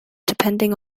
depending